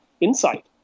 insight